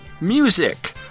music